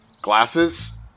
Glasses